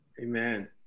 Amen